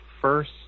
first